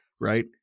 right